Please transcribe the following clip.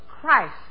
Christ